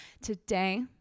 Today